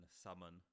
summon